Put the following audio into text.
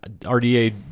RDA